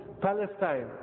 Palestine